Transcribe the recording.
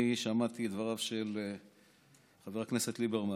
אני שמעתי את דבריו של חבר הכנסת ליברמן,